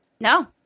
No